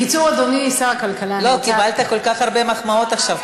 לא, קיבלת כל כך הרבה מחמאות עכשיו.